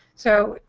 so,